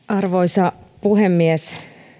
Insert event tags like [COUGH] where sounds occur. [UNINTELLIGIBLE] arvoisa puhemies